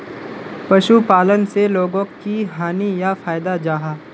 पशुपालन से लोगोक की हानि या फायदा जाहा?